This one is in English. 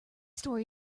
story